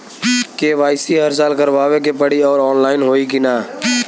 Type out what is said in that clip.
KYC हर साल करवावे के पड़ी और ऑनलाइन होई की ना?